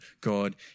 God